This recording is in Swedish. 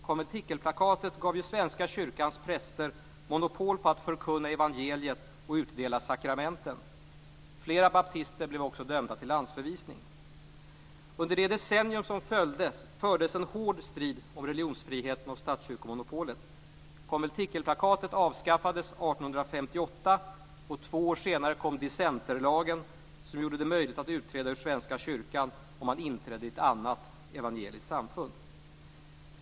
Konventikelplakatet gav ju Svenska kyrkans präster monopol på att förkunna evangeliet och utdela sakramenten. Flera baptister blev också dömda till landsförvisning. Under det decennium som följde fördes en hård strid om religionsfriheten och statskyrkomonopolet. Konventikelplakatet avskaffades 1858, och två år senare kom dissenterlagen som gjorde det möjligt att utträda ur svenska kyrkan om man inträdde i ett annat evangeliskt samfund.